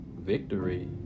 victory